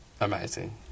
Amazing